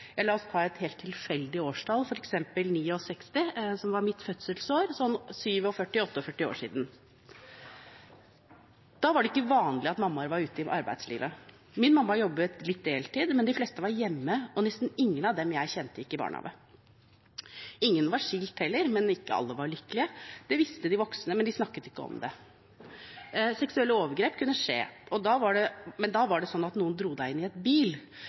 La oss ta et helt tilfeldig årstall, f.eks. 1969, som var mitt fødselsår. Det er 47–48 år siden. Da var det ikke vanlig at mammaer var ute i arbeidslivet. Min mamma jobbet litt deltid, men de fleste var hjemme, og nesten ingen av dem jeg kjente, gikk i barnehage. Ingen var skilt heller, men ikke alle var lykkelige. Det visste de voksne, men de snakket ikke om det. Seksuelle overgrep kunne skje, men da var det sånn at noen dro en inn i en bil.